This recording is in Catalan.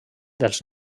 dels